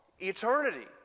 Eternity